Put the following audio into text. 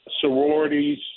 sororities